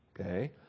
Okay